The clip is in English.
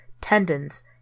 tendons